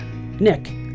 Nick